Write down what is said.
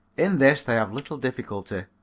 in this they have little difficulty.